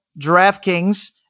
DraftKings